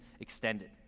extended